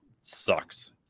sucks